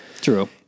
True